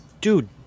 Dude